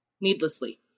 needlessly